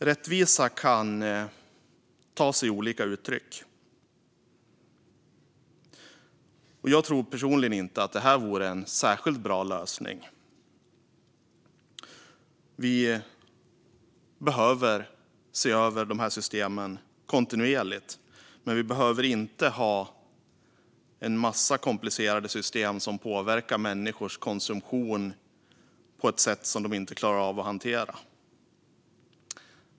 Rättvisa kan ta sig olika uttryck. Jag tror personligen inte att det här vore en särskilt bra lösning. Vi behöver se över de här systemen kontinuerligt, men vi behöver inte ha en massa komplicerade system som påverkar människors konsumtion på ett sätt som de inte klarar av att hantera.